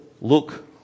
look